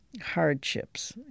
hardships